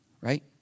right